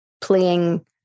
playing